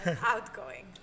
Outgoing